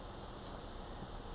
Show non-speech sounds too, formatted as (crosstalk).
(noise)